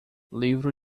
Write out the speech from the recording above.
livro